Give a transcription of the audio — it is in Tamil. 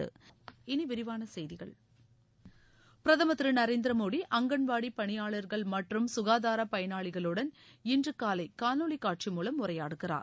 இனி விரிவான செய்திகள் பிரதமர் திரு நரேந்திர மோடி அங்கன்வாடி பணியாளர்கள் மற்றும் சுகாதார பயனாளிகளுடன் இன்று காலை காணொலிக் காட்சி மூலம் உரையாடுகிறார்